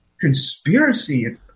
conspiracy